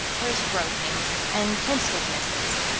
or as gropings and tentativenesses.